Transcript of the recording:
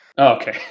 Okay